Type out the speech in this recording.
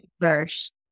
first